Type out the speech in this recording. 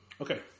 Okay